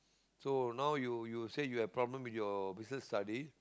so now you you say you have problem with your business study